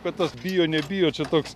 bet tas bijo nebijo čia toks